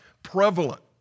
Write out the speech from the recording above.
Prevalent